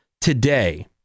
today